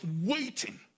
waiting